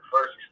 first